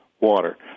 water